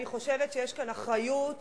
אני חושבת שיש כאן אחריות